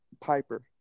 Piper